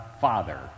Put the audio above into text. Father